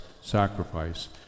sacrifice